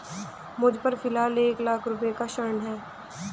मुझपर फ़िलहाल एक लाख रुपये का ऋण है